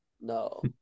No